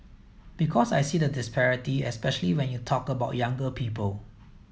because I see the disparity especially when you talk about younger people